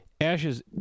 ashes